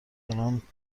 دارم